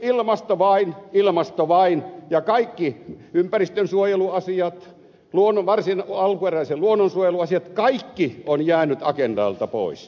ilmasto vain ilmasto vain ja kaikki ympäristönsuojeluasiat alkuperäisen luonnon suojelun asiat ovat jääneet agendalta pois